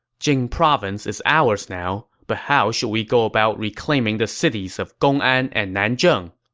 jing province is ours now, but how should we go about reclaiming the cities of gongan and nanjun?